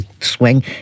swing